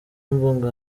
mbungo